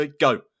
go